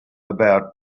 about